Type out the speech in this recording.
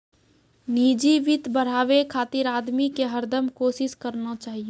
निजी वित्त बढ़ाबे खातिर आदमी के हरदम कोसिस करना चाहियो